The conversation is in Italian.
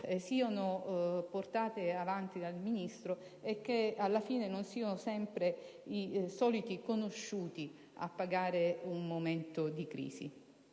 siano portate avanti dal Ministro e che alla fine non siano sempre i soliti conosciuti a pagare un momento di crisi.